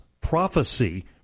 prophecy